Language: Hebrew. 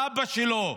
האבא שלו,